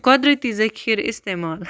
قۄدرٔتی ذٔخیٖرٕ استعمال